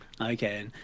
Okay